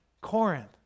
Corinth